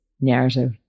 narrative